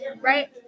right